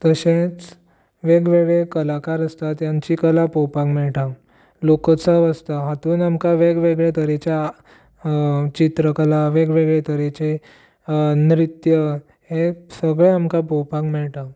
तशेच वेगवेगळे कलाकार आसता तेंची कला पळोवपाक मेळटा लोकोत्सव आसता हातूंत आमकां वेगवेगळे तरेचे चित्रकला वेगवेगळे तरेचे नृत्य हे सगळें आमकां पळोवपाक मेळटा